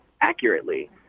accurately